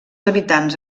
habitants